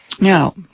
Now